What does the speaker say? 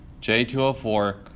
J204